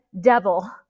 devil